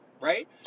right